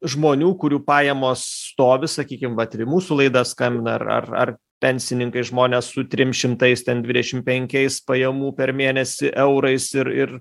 žmonių kurių pajamos stovi sakykim vat ir į mūsų laidą skambina ar ar ar pensininkai žmonės su trim šimtais dvidešim penkiais pajamų per mėnesį eurais ir ir